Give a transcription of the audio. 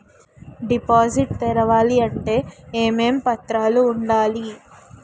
Deposit తెరవాలి అంటే ఏమేం పత్రాలు ఉండాలి?